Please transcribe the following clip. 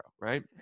right